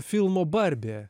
filmo barbė